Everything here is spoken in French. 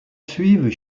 suivent